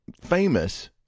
famous